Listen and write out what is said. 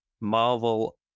Marvel